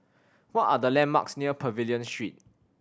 what are the landmarks near Pavilion Street